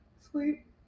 sleep